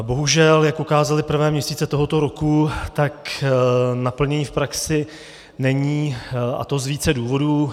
Bohužel jak ukázaly prvé měsíce tohoto roku, tak naplnění v praxi není, a to z více důvodů.